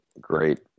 great